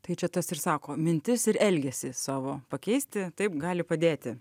tai čia tas ir sako mintis ir elgesį savo pakeisti taip gali padėti